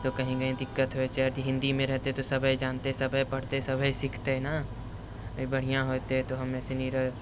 तो कहीं दिक्कत होइ छै यदि हिन्दीमे रहतै तऽ सब सबे जानतै सबे पढतै सबे सीखतै ने बढ़िआँ होयतै तऽ हमे सुनी